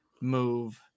move